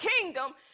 kingdom